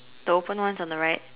the open one is on the right